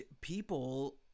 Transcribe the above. people